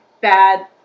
bad